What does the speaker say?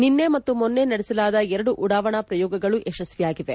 ನಿನ್ನೆ ಮತ್ತು ಮೊನ್ನೆ ನಡೆಸಲಾದ ಎರಡು ಉಡಾವಣಾ ಪ್ರಯೋಗಗಳು ಯಶಸ್ವಿಯಾಗಿವೆ